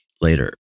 later